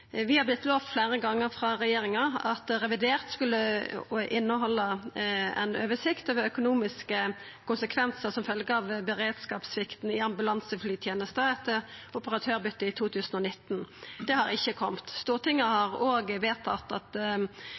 Vi har fleire gonger blitt lovt frå regjeringa at revidert skulle innehalde ein oversikt over økonomiske konsekvensar som følgje av beredskapssvikten i ambulanseflytenesta etter operatørbyttet i 2019. Det har ikkje kome. Stortinget har òg vedtatt at